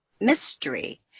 mystery